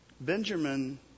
Benjamin